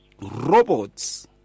robots